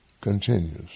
continues